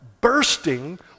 bursting